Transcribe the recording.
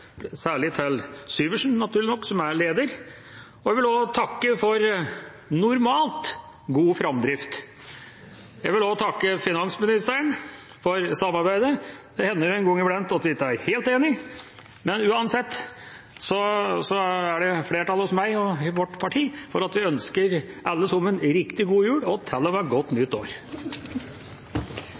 særlig til Syversen, naturlig nok, som er leder – og jeg vil også takke for normalt god framdrift. Jeg vil også takke finansministeren for samarbeidet. Det hender en gang iblant at vi ikke er helt enige, men uansett er det flertall hos meg og i vårt parti for at vi ønsker alle sammen en riktig god jul – og til og med et godt nytt år!